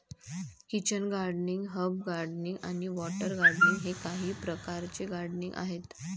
kitchen gardening, herb gardening आणि water gardening हे काही प्रकारचे गार्डनिंग आहेत